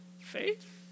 faith